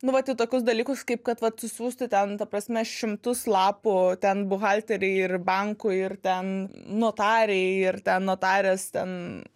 nu vat į tokius dalykus kaip kad vat susiųsti ten ta prasme šimtus lapų ten buhalterei ir bankui ir ten notarei ar ten notarės ten